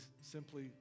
simply